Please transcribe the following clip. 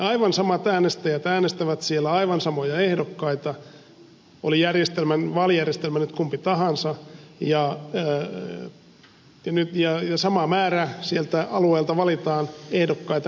aivan samat äänestäjät äänestävät siellä aivan samoja ehdokkaita oli vaalijärjestelmä nyt kumpi tahansa ja sama määrä sieltä alueelta valitaan ehdokkaita